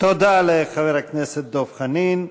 תודה לחבר הכנסת דב חנין.